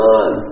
on